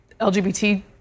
LGBT